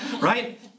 right